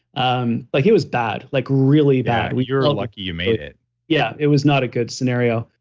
um like it was bad, like really bad you're ah lucky you made it yeah, it was not a good scenario.